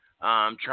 try